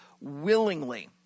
willingly